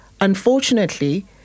unfortunately